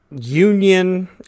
union